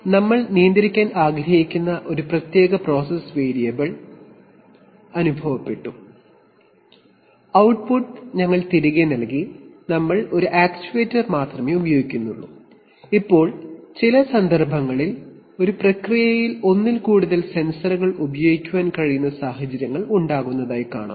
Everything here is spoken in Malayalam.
ഇവിടെ നമ്മൾ നിയന്ത്രിക്കാൻ ആഗ്രഹിക്കുന്ന ഒരു പ്രത്യേക പ്രോസസ് വേരിയബിൾഅതായത് ഔട്ട്പുട്ട് sense ചെയ്തു അനു തിരികെ നൽകുന്നു നമ്മൾ ഒരു ആക്യുവേറ്റർ മാത്രമേ ഉപയോഗിക്കുന്നുള്ളൂ ഒന്നു എന്നാൽ ചില സന്ദർഭങ്ങളിൽ ഒരു പ്രക്രിയയിൽ ഒന്നിൽ കൂടുതൽ സെൻസറുകൾ ഉപയോഗിക്കാൻ കഴിയുന്ന സാഹചര്യങ്ങൾ ഉണ്ടാകുന്നതായി കാണാം